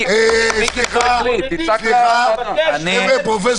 אני רוצה